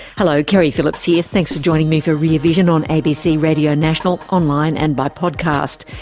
hello, keri phillips here. thanks for joining me for rear vision on abc radio national, online and by podcast.